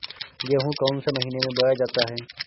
गेहूँ कौन से महीने में बोया जाता है?